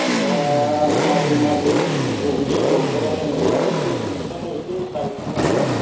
दा माब्रै माब्रै बबे स्कुलाव होंगारबा मोजां जागोन बेखौ नोंथांनाव एसे साजिसन लानो